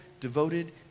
devoted